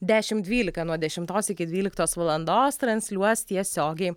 dešim dvylika nuo dešimtos iki dvyliktos valandos transliuos tiesiogiai